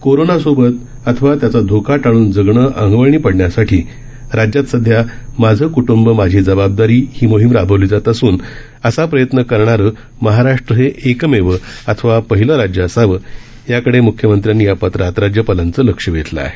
कोरोनासोबत अथवा त्याचा धोका टाळून जगणं अंगवळणी पडण्यासाठी राज्यात सध्या माझं कुटुंब माझी जबाबदारी ही मोहीम राबवली जात असून असा प्रयत्न करणारं महाराष्ट्र हे एकमेव अथवा पहिलं राज्य असावं याकडे म्ख्यमंत्र्यांनी या पत्रात राज्यपालांचं लक्ष वेधलं आहे